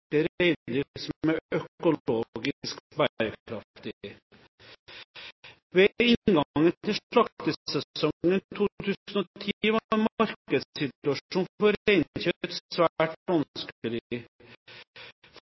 Ved inngangen til slaktesesongen 2010 var markedssituasjonen for reinkjøtt svært